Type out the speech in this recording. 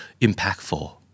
impactful